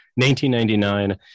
1999